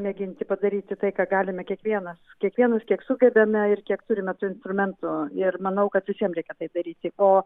mėginti padaryti tai ką galime kiekvienas kiekvienas kiek sugebame ir kiek turime tų instrumentų ir manau kad visiem reikia tai daryti o